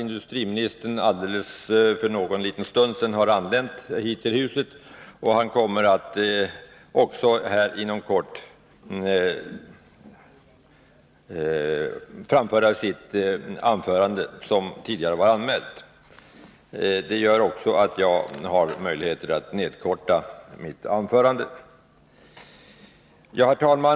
Industriministern har för en liten stund sedan anlänt hit till huset, och han kommer att inom kort hålla sitt anförande, som tidigare var anmält. Det gör också att jag har möjlighet att nedkorta mitt anförande. Herr talman!